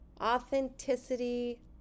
authenticity